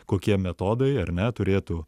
kokie metodai ar ne turėtų